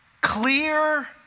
clear